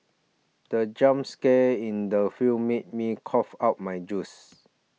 the jump scare in the film made me cough out my juice